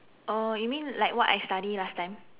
uh you mean like what I study last time